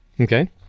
Okay